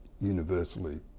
universally